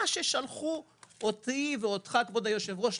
מה ששלחו אותי ואותך להסתכל,